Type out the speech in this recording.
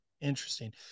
Interesting